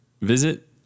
Visit